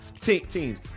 Teens